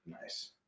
Nice